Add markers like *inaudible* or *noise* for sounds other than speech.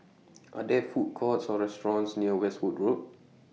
*noise* Are There Food Courts Or restaurants near Westwood Road